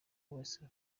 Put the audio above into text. wese